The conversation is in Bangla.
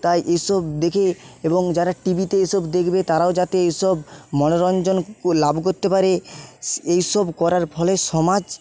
তাই এসব দেখে এবং যারা টিভিতে এসব দেখবে তারাও যাতে এসব মনোরঞ্জন লাভ করতে পারে এই সব করার ফলে সমাজ